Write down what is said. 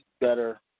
better